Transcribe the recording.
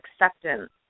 acceptance